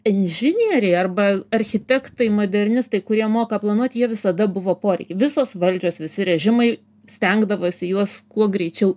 inžinieriai arba architektai modernistai kurie moka planuot jie visada buvo poreiky visos valdžios visi režimai stengdavosi juos kuo greičiau